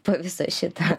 po viso šito